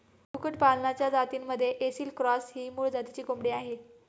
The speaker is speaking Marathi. कुक्कुटपालनाच्या जातींमध्ये ऐसिल क्रॉस ही मूळ जातीची कोंबडी आहे